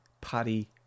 Paddy